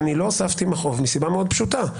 הוספתי מכאוב מסיבה מאוד פשוטה,